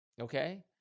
okay